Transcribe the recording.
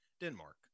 denmark